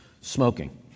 smoking